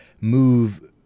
move